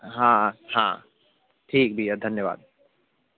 हाँ हाँ ठीक भैया धन्यवाद